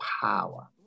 power